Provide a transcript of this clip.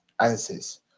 answers